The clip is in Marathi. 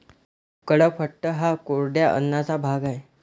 कडपह्नट हा कोरड्या अन्नाचा भाग आहे